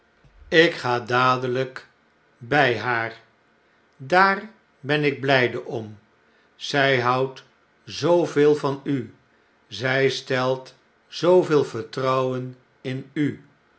ik ga dadeljjk bjj haar daar ben ik bljjdeom zjj houdt zooveel van u zjj stelt zooveel vertrouwen in u